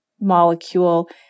molecule